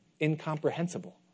incomprehensible